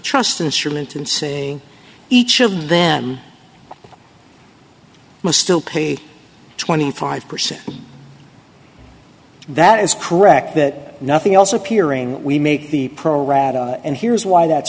trust instrument in saying each of them must still pay twenty five percent that is correct that nothing else appearing we make the pro rata and here's why that